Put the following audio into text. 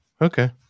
Okay